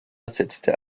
setzte